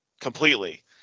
completely